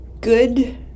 good